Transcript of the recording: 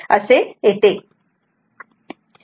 असे येते